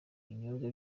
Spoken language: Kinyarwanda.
ibinyobwa